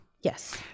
yes